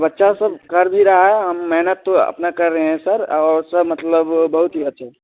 बच्चा सब कर भी रहा है हम मेहनत तो अपना कर रहे हैं सर और सब मतलब बहुत ही अच्छा है